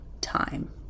time